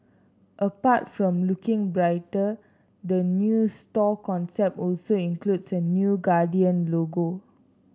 apart from looking brighter the new store concept also includes a new Guardian logo